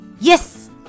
yes